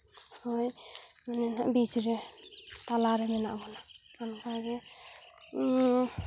ᱦᱳᱭ ᱚᱱᱮ ᱱᱟᱦᱟᱜ ᱵᱤᱡᱽᱨᱮ ᱛᱟᱞᱟᱨᱮ ᱦᱮᱱᱟᱜ ᱵᱚᱱᱟ ᱚᱱᱠᱟᱜᱮ